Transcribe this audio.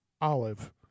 olive